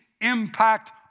impact